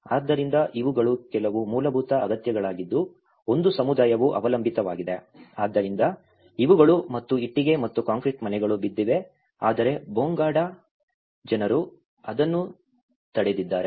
ಆದ್ದರಿಂದ ಇವುಗಳು ಕೆಲವು ಮೂಲಭೂತ ಅಗತ್ಯಗಳಾಗಿದ್ದು ಒಂದು ಸಮುದಾಯವು ಅವಲಂಬಿತವಾಗಿದೆ ಆದ್ದರಿಂದ ಇವುಗಳು ಮತ್ತು ಇಟ್ಟಿಗೆ ಮತ್ತು ಕಾಂಕ್ರೀಟ್ ಮನೆಗಳು ಬಿದ್ದಿವೆ ಆದರೆ ಬೋಂಗಾಡಾ ಜನರು ಅದನ್ನು ತಡೆದಿದ್ದಾರೆ